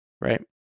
Right